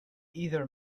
either